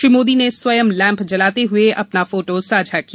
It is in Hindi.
श्री मोदी ने स्वयं लैम्प जलाते हुए अपना फोटो साझा किया